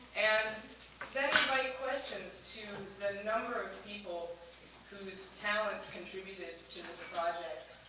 and then invite questions to and the number of people whose talents contributed to this project.